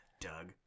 Doug